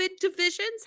divisions